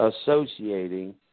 associating